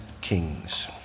Kings